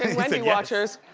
wendy watchers.